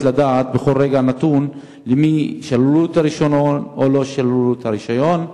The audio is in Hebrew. לדעת בכל רגע נתון למי שללו את הרשיון או לא שללו את הרשיון,